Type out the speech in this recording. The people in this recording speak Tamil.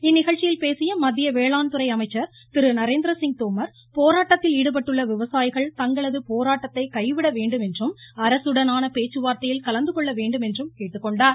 இந்நிகழ்ச்சியில் பேசிய மத்திய வேளாண் துணை அமைச்சர் திருநரேந்திரசிங் தோமர் போராட்டத்தில் ஈடுபட்டுள்ள விவசாயிகள் தங்களது போராட்டத்தை கைவிட வேண்டுமென்றும் அரசுடனான பேச்சுவார்த்தையில் கலந்து கொள்ள வேண்டும் என்றும் கேட்டுக்கொண்டார்